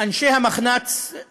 אנשי המחנ"צ,